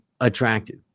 attractive